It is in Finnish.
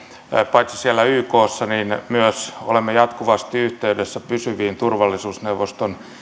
paitsi siellä ykssa myös olemme jatkuvasti yhteydessä pysyviin turvallisuusneuvoston